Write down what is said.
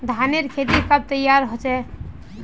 धानेर खेती कब तैयार होचे?